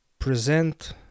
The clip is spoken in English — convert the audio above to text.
present